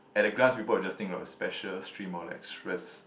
at a glance people will just think oh special stream or less stress